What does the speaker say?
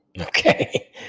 okay